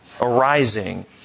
arising